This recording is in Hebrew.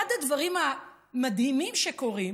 אחד הדברים המדהימים שקורים,